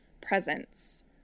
presence